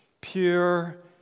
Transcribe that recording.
pure